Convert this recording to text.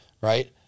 Right